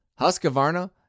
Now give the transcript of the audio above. Husqvarna